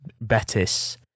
Betis